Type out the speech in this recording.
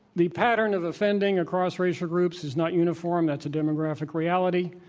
the pattern of offending across racial groups is not uniform. that's a demographic reality.